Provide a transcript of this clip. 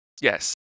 Yes